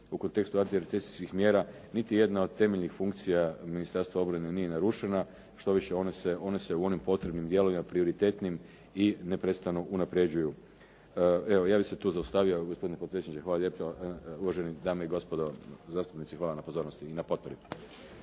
u kontekstu akreditacijskih mjera. Niti jedna od temeljnih funkcija Ministarstva obrane nije narušena. Štoviše one se u onim potrebnim dijelovima prioritetnim i neprestano unapređuju. Evo ja bih se tu zaustavio. Gospodine potpredsjedniče, hvala lijepo. Uvaženi dame i gospodo zastupnici hvala na potpori i pozornosti.